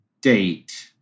date